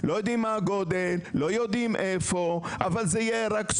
לא יודעים מה הגודל,